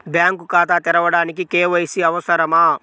Bank ఖాతా తెరవడానికి KYC అవసరమా?